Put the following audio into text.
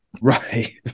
Right